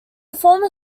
former